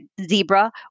Zebra